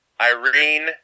Irene